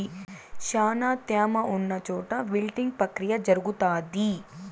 శ్యానా త్యామ ఉన్న చోట విల్టింగ్ ప్రక్రియ జరుగుతాది